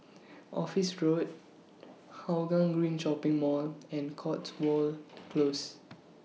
Office Road Hougang Green Shopping Mall and Cotswold Close